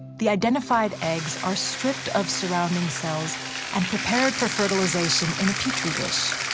the identified eggs are stripped of surrounding cells and prepared for fertilization in a petri dish.